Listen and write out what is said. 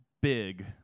big